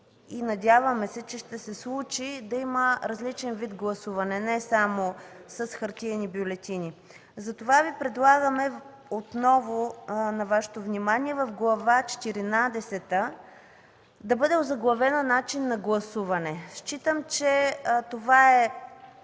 надяваме се, че ще се случи да има различен вид гласуване – не само с хартиени бюлетини. Затова предлагаме отново на Вашето внимание Глава четиринадесета да бъде озаглавена „Начин на гласуване”. Считам, че това е